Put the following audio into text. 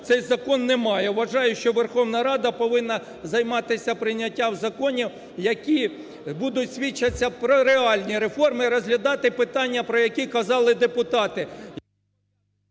цей закон не має. Вважаю, що Верховна Рада повинна займатися прийняттям законів, які будуть свідчити про реальні реформи, розглядати питання, про які казали депутати.